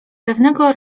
pewnego